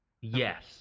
Yes